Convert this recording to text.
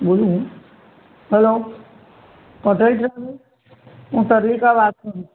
બોલો hello Patel service હું સવિતા વાત કરું છું